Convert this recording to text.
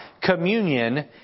Communion